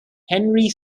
henry